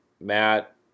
Matt